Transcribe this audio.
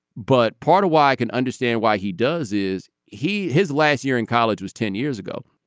but part of why i can understand why he does is he. his last year in college was ten years ago.